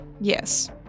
Yes